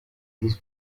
his